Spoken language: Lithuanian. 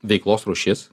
veiklos rūšis